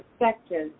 affected